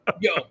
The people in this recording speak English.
Yo